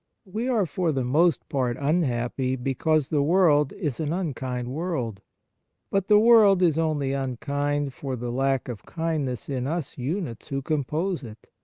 we are for the most part unhappy because the world is an unkind world but the world is only unkind for the lack of kindness in us units who compose it.